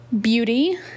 beauty